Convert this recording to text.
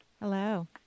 hello